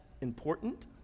important